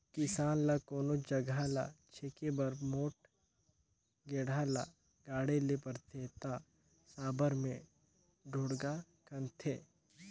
किसान ल कोनोच जगहा ल छेके बर मोट गेड़ा ल गाड़े ले परथे ता साबर मे ढोड़गा खनथे